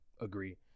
agree